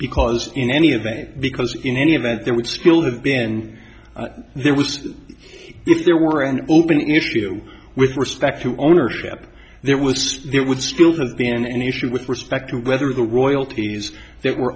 because in any event because in any event there would still have been there was if there were an open issue with respect to ownership there was there would still have been an issue with respect to whether the royalties that were